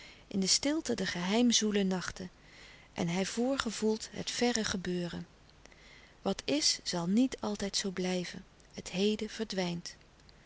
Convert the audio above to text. in de stilte der geheimzwoele nachten en hij voorgevoelt het verre gebeuren wat is zal niet altijd zoo blijven het heden verdwijnt